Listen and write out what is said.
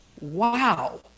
Wow